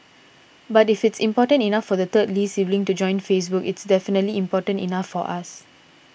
but if it's important enough for the third Lee sibling to join Facebook it's definitely important enough for us